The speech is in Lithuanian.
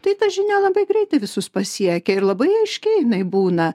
tai ta žinia labai greitai visus pasiekia ir labai aiški jinai būna